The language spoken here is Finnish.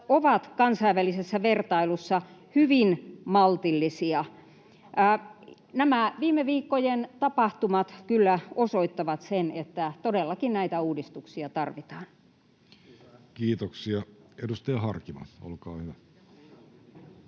ovat kansainvälisessä vertailussa hyvin maltillisia. Nämä viime viikkojen tapahtumat kyllä osoittavat, että todellakin näitä uudistuksia tarvitaan. [Speech 55] Speaker: Jussi Halla-aho